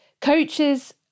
coaches